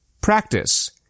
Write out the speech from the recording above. Practice